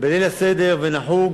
בליל הסדר ונחוג